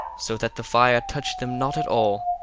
so that the fire touched them not at all,